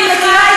מיכל,